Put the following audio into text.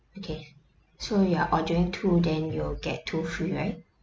okay so you're ordering two then you will get two free right